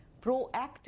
proactive